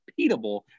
repeatable